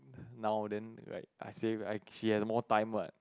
now then like I say I save she has more time what